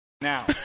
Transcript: Now